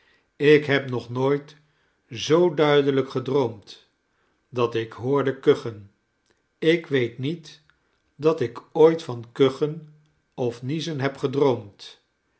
ik heb nog nooit zoo duidelijk gedroomd dat ik hoorde kuchen ik weet niet dat ik ooit van kuchen of niezen heb gedroomd